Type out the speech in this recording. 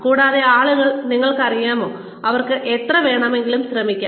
കൂടാതെ ആളുകൾ നിങ്ങൾക്കറിയാമോ അവർക്ക് എത്ര വേണമെങ്കിലും ശ്രമിക്കാം